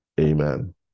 Amen